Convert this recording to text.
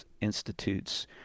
Institute's